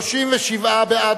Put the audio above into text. רונית תירוש, נחמן שי, שלמה מולה,